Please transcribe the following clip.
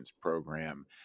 Program